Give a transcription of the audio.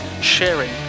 sharing